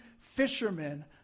fishermen